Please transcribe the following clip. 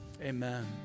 Amen